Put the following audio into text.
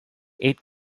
eight